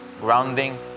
grounding